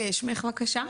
בבקשה.